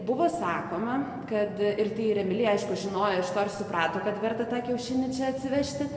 buvo sakoma kad ir tai ir emilija aišku žinojo iš to ir suprato kad verta tą kiaušinį čia atsivežti